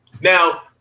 Now